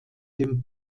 dem